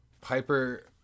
Piper